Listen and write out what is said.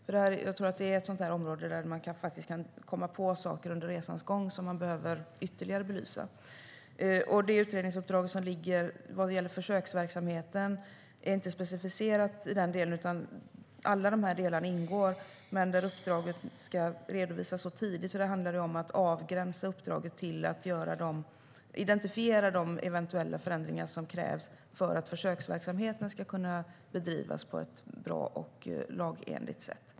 Jag tror nämligen att det är ett sådant område där man faktiskt kan komma på saker under resans gång som man behöver belysa ytterligare. Utredningsuppdraget vad gäller försöksverksamheten är inte specificerat i den delen, utan alla de här delarna ingår. Men uppdraget ska redovisas så tidigt att det där handlar om att avgränsa uppdraget till att identifiera de eventuella förändringar som krävs för att försöksverksamheten ska kunna bedrivas på ett bra och lagenligt sätt.